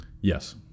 yes